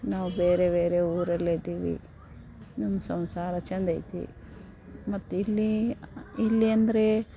ನಾವು ಬೇರೆ ಬೇರೆ ಊರಲ್ಲಿದ್ದೀವಿ ನಮ್ಮ ಸಂಸಾರ ಚಂದೈತಿ ಮತ್ತು ಇಲ್ಲಿ ಇಲ್ಲಿ ಅಂದರೆ